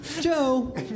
Joe